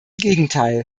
gegenteil